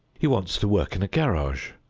he wants to work in a garage.